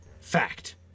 fact